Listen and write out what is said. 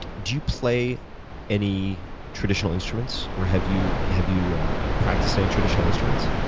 do you play any traditional instruments, or have you have you practiced any traditional instruments?